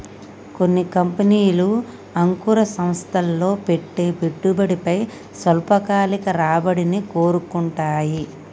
కొన్ని కంపెనీలు అంకుర సంస్థల్లో పెట్టే పెట్టుబడిపై స్వల్పకాలిక రాబడిని కోరుకుంటాయి